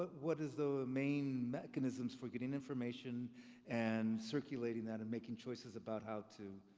but what is the main mechanisms for getting information and circulating that and making choices about how to,